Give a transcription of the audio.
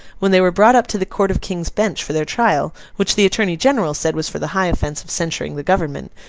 when they were brought up to the court of king's bench for their trial, which the attorney-general said was for the high offence of censuring the government,